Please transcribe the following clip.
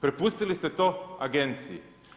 Prepustili ste to Agenciji.